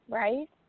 right